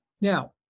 Now